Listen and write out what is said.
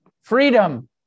freedom